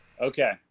Okay